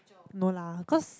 no lah cause